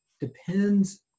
depends